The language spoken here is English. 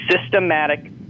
systematic